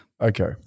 okay